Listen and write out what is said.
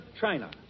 China